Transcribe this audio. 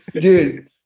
Dude